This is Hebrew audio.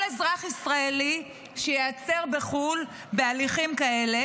אזרח ישראלי שייעצר בחו"ל בהליכים כאלה,